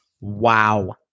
Wow